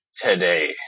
today